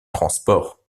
transport